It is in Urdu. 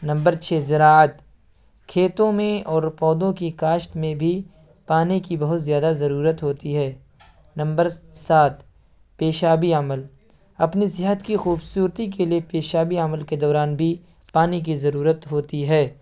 نمبر چھ زراعت کھیتوں میں اور پودوں کی کاشت میں بھی پانی کی بہت زیادہ ضرورت ہوتی ہے نمبر سات پیشابی عمل اپنی صحت کی خوبصورتی کے لیے پیشابی عمل کے دوران بھی پانی کی ضرورت ہوتی ہے